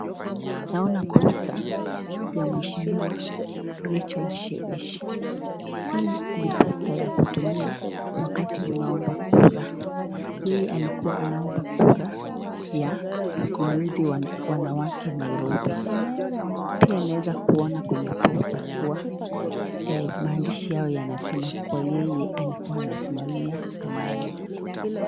Naona posta ya Mheshimiwa Rachel Shebesh. Hii ni posta ya kutumia wakati unaomba kura. Yeye alikuwa anaomba kura ya msimamizi wa wanawake Nairobi. Pia naweza kuona kwenye posta kuwa maandishi yao yanasema kuwa yeye alikuwa anasimamia amani.